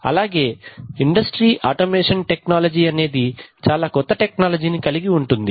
అలాగే industry automation technology అనేది చాలా కొత్త టెక్నాలజీ ని కలిగి ఉంటుంది